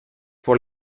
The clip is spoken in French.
pour